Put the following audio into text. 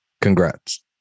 Congrats